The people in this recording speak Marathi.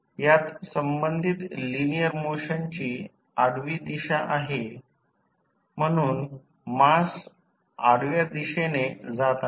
यात संबंधित लिनिअर मोशनची आडवी दिशा आहे म्हणून मास आडव्या दिशेने जात आहे